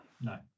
no